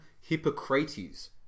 Hippocrates